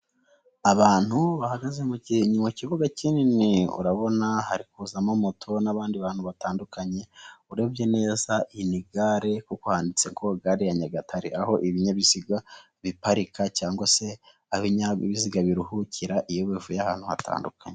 Abantu bari mu kibuga kinini, urabona hari kwinjiramo moto n'abandi bantu batandukanye, urebye neza hari irembo ryanditseho ko ari gare ya Nyagatare, aho ibinyabiziga biparika cyangwa se ibinyabiziga biruhukira iyo bivuye ahantu hatandukanye.